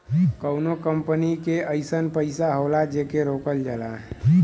कउनो कंपनी के अइसन पइसा होला जेके रोकल जाला